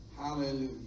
Hallelujah